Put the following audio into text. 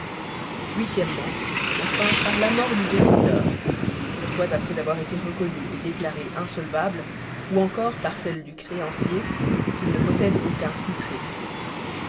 o enfin par la mort du débiteur toutefois après avoir été reconnu et déclaré insolvable ou encore par celle du créancier s'il ne possède aucun titre écrit